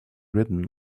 ridden